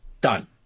Done